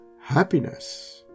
happiness